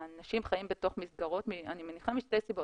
האנשים חיים בתוך מסגרות ואני מניחה שזה משתי סיבות.